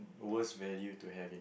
worse value to have in